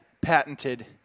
Patented